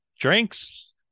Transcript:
drinks